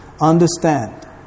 understand